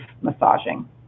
massaging